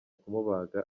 kumubaga